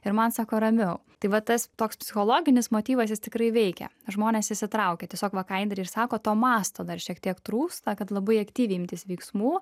ir man sako ramiau tai va tas toks psichologinis motyvas jis tikrai veikia žmonės įsitraukia tiesiog va ką indrė ir sako to masto dar šiek tiek trūksta kad labai aktyviai imtis veiksmų